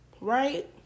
Right